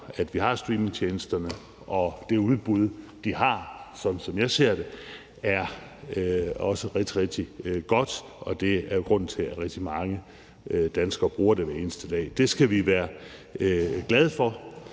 at vi har streamingtjenesterne, og det udbud, de har, er, sådan som jeg ser det, også rigtig, rigtig godt, og det er jo også grunden til, at rigtig mange danskere bruger det hver eneste dag. Det skal vi være glade for,